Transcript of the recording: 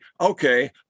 Okay